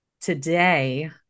today